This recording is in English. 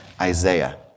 Isaiah